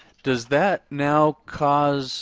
does that now cause